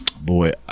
boy